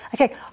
okay